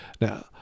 Now